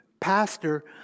pastor